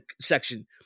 section